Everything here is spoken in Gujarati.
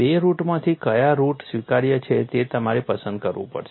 બે રુટમાંથી કયા રુટ સ્વીકાર્ય છે તે તમારે પસંદ કરવું પડશે